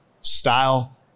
style